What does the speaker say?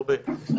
הרבה,